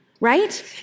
right